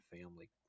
family